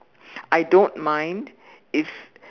I don't mind if